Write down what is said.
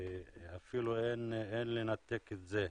ואפילו אין לנתק את זה.